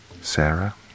Sarah